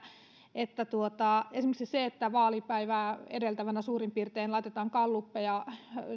että esimerkiksi se että vaalipäivää edeltävänä päivänä suurin piirtein laitetaan gallupeja